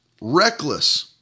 reckless